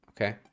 Okay